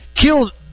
killed